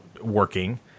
working